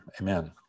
Amen